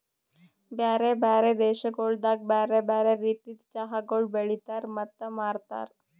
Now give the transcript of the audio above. ಬ್ಯಾರೆ ಬ್ಯಾರೆ ದೇಶಗೊಳ್ದಾಗ್ ಬ್ಯಾರೆ ಬ್ಯಾರೆ ರೀತಿದ್ ಚಹಾಗೊಳ್ ಬೆಳಿತಾರ್ ಮತ್ತ ಮಾರ್ತಾರ್